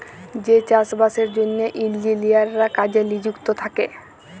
যে চাষ বাসের জ্যনহে ইলজিলিয়াররা কাজে লিযুক্ত থ্যাকে